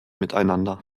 miteinander